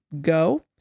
go